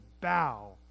bow